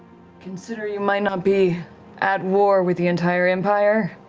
consider you might not be at war with the entire empire?